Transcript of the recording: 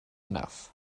enough